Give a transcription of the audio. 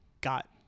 got